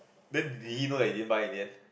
then did he know that you didn't buy in the end